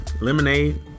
lemonade